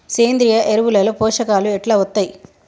సేంద్రీయ ఎరువుల లో పోషకాలు ఎట్లా వత్తయ్?